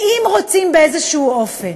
ואם רוצים באיזה אופן